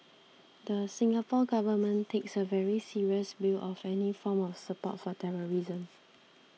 the Singapore Government takes a very serious view of any form of support for terrorism